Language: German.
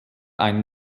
ein